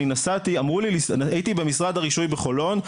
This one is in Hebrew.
הייתי במשרד הרישוי בחולון,